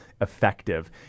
effective